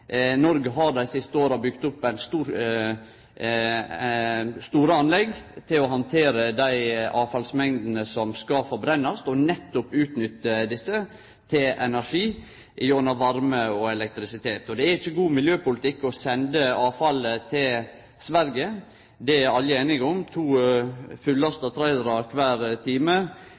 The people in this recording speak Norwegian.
Noreg har dei siste åra bygd opp store anlegg for å handtere dei avfallsmengdene som ein skal forbrenne, og nettopp utnytte desse til energi gjennom varme og elektrisitet. Det er ikkje god miljøpolitikk å sende avfallet til Sverige. Det er alle einige om. To fullasta trailerar kvar time